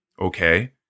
Okay